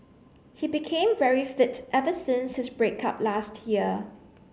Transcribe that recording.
he became very fit ever since his break up last year